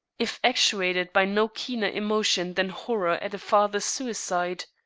if actuated by no keener emotion than horror at a father's suicide?